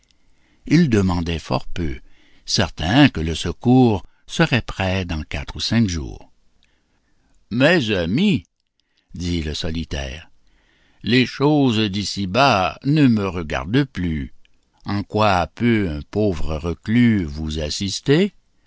ils demandaient fort peu certains que le secours serait prêt dans quatre ou cinq jours mes amis dit le solitaire les choses d'ici-bas ne me regardent plus en quoi peut un pauvre reclus vous assister